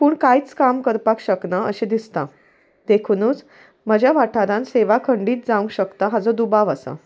पूण कांयच काम करपाक शकना अशें दिसता देखुनूच म्हज्या वाठारान सेवा खंडीत जावंक शकता हाजो दुबाव आसा